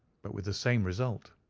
but with the same result.